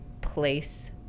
place